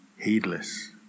heedless